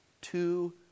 two